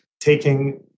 taking